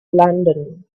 london